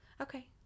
Okay